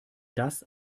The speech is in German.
das